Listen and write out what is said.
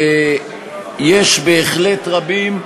יש בהחלט רבים,